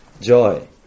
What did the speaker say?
joy